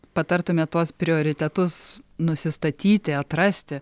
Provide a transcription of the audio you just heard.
patartumėt tuos prioritetus nusistatyti atrasti